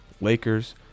Lakers